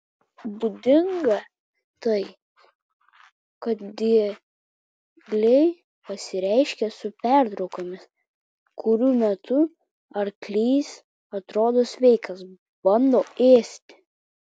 būdinga tai kad diegliai pasireiškia su pertraukomis kurių metu arklys atrodo sveikas bando ėsti